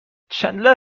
چندلر